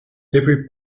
every